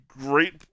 great